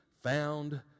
found